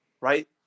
right